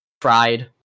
fried